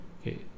okay